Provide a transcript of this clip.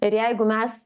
ir jeigu mes